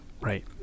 Right